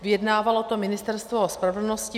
Vyjednávalo to Ministerstvo spravedlnosti.